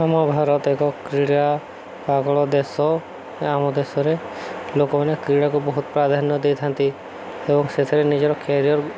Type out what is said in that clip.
ଆମ ଭାରତ ଏକ କ୍ରୀଡ଼ା ପାଗଳ ଦେଶ ଆମ ଦେଶରେ ଲୋକମାନେ କ୍ରୀଡ଼ାକୁ ବହୁତ ପ୍ରାଧାନ୍ୟ ଦେଇଥାନ୍ତି ଏବଂ ସେଥିରେ ନିଜର କ୍ୟାରିୟର